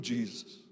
Jesus